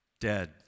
dead